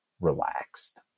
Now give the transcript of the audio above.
relaxed